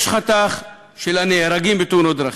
יש חתך של הנהרגים בתאונות דרכים,